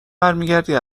برمیگردی